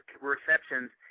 receptions